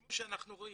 כמו שאנחנו רואים,